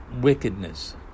wickedness